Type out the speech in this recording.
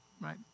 Right